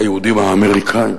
היהודים האמריקנים.